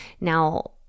Now